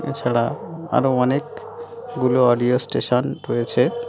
এছাড়া আরও অনেকগুলো অডিও স্টেশন রয়েছে